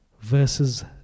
versus